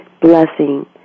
blessing